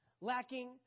lacking